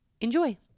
Enjoy